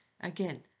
again